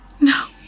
No